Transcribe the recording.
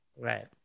Right